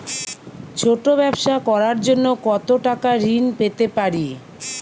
ছোট ব্যাবসা করার জন্য কতো টাকা ঋন পেতে পারি?